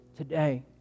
Today